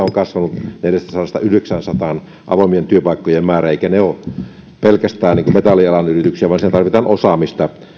on kasvanut neljästäsadasta yhdeksäänsataan avoimien työpaikkojen määrä eivätkä ne ole pelkästään metallialan yrityksiä vaan siellä tarvitaan osaamista